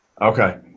Okay